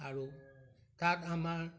আৰু তাত আমাৰ